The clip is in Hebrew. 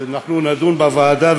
אנחנו נדון בוועדה,